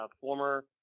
former